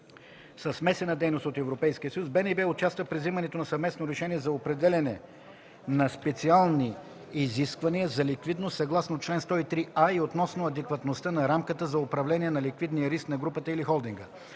със смесена дейност от Европейския съюз, БНБ участва при вземането на съвместно решение за определяне на специални изисквания за ликвидност съгласно чл. 103а и относно адекватността на рамката за управление на ликвидния риск на групата или холдинга.